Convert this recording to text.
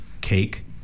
cake